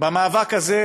במאבק הזה,